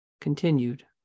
Continued